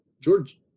george